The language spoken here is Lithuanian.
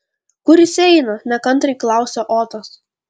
kur jis eina nekantriai klausia otas